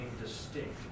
distinct